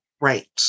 Right